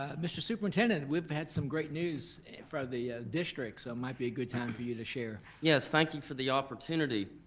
ah mr. superintendent, we've had some great news for the district, so it might be a good time for you to share. yes, thank you for the opportunity.